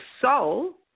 soul